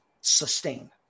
sustain